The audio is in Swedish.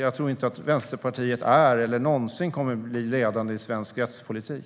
Jag tror inte att Vänsterpartiet är eller någonsin kommer att bli ledande i svensk rättspolitik.